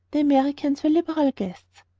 the americans were liberal guests.